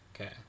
Okay